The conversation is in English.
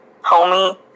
homie